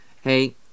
hey